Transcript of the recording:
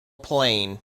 plane